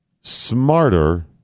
smarter